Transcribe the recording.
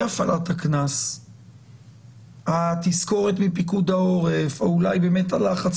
הפעלת הקנס התזכורת מפיקוד העורף או אולי באמת הלחץ